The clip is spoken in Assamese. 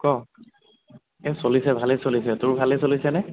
ক এই চলিছে ভালেই চলিছে তোৰ ভালেই চলিছে নে